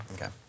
Okay